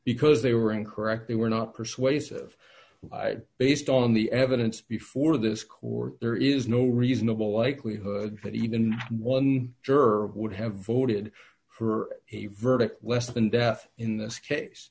because they were incorrect they were not persuasive based on the evidence before this court there is no reasonable likelihood that even one juror would have voted for a verdict less than death in this case